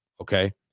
Okay